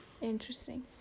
Interesting